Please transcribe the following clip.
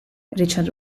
richard